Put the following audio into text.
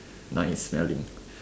nice smelling